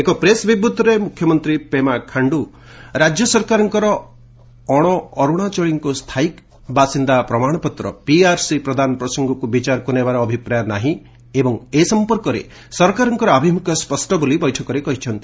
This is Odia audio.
ଏକ ପ୍ରେସ୍ ବିବୃଭିରେ ମୁଖ୍ୟମନ୍ତ୍ରୀ ପେମା ଖାଶ୍ଚୁ ରାଜ୍ୟ ସରକାରଙ୍କର ଅଣ ଅର୍ଣାଚଳୀଙ୍କୁ ସ୍ଥାୟୀ ବାସିନ୍ଦା ପ୍ରମାଣପତ୍ର ପିଆର୍ସି ପ୍ରଦାନ ପ୍ରସଙ୍ଗକୁ ବିଚାରକୁ ନେବାର ଅଭିପ୍ରାୟ ନାହିଁ ଏବଂ ଏ ସଂପର୍କରେ ସରକାରଙ୍କର ଆଭିମ୍ରଖ୍ୟ ସ୍ୱଷ୍ଟ ବୋଲି ବୈଠକରେ କହିଛନ୍ତି